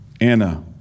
Anna